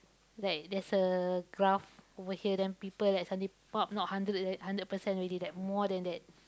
like there's a graph over here then people like suddenly pop not hundred right hundred percent already that more than that